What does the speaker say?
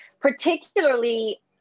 particularly